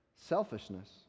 selfishness